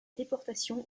déportation